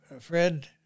Fred